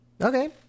Okay